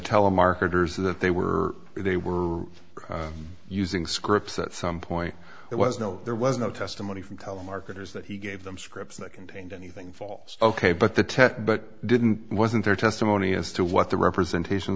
telemarketers that they were they were using scripts at some point there was no there was no testimony from telemarketers that he gave them scripts that contained anything falls ok but the tech but didn't wasn't there testimony as to what the representation